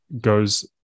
goes